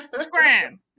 Scram